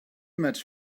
much